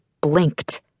blinked